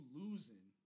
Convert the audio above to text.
losing